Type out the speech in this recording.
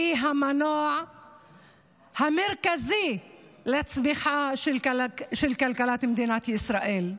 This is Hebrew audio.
היא המנוע המרכזי לצמיחה של כלכלת מדינת ישראל.